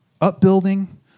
Upbuilding